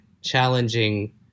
challenging